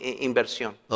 inversión